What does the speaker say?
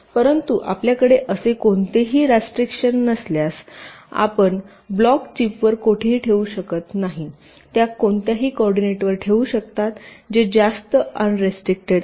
परंतु आपल्याकडे असे कोणतेही रेस्ट्रिक्शन नसल्यास आपण ब्लॉक चिप वर कोठेही ठेवू शकत नाही त्या कोणत्याही कोऑर्डिनेटवर ठेवू शकता जे जास्त अन रिस्टिकटेड आहे